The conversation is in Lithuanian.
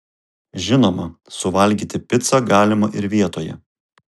žinoma suvalgyti picą galima ir vietoje